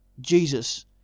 Jesus